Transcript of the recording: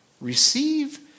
Receive